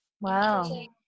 Wow